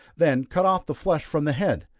then cut off the flesh from the head,